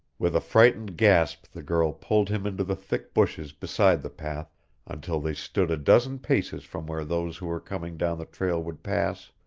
with a frightened gasp the girl pulled him into the thick bushes beside the path until they stood a dozen paces from where those who were coming down the trail would pass.